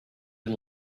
and